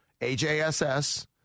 AJSS